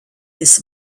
his